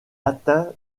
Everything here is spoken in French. atteint